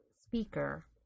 speaker